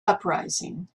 uprising